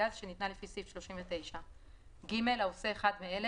הגז שניתנה לפי סעיף 39. (ג) העושה אחד מאלה,